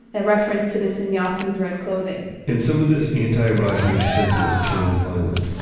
a reference to the sannyasins' red clothing and some of this anti-rajneesh sentiment turned violent.